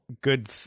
Good